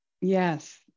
yes